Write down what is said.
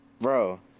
Bro